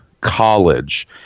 college